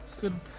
good